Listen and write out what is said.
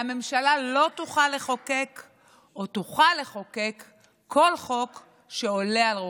והממשלה תוכל לחוקק כל חוק שעולה על רוחה.